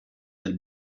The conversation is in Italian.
del